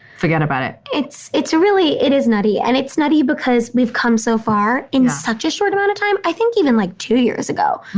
forget about it it's it's a really it is nutty and it's nutty because we've come so far in such a short amount of time. i think even like two years ago,